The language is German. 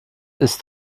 ist